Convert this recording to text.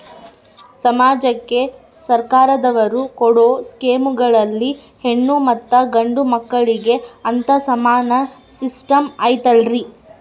ಸಮಾಜಕ್ಕೆ ಸರ್ಕಾರದವರು ಕೊಡೊ ಸ್ಕೇಮುಗಳಲ್ಲಿ ಹೆಣ್ಣು ಮತ್ತಾ ಗಂಡು ಮಕ್ಕಳಿಗೆ ಅಂತಾ ಸಮಾನ ಸಿಸ್ಟಮ್ ಐತಲ್ರಿ?